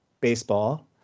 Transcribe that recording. baseball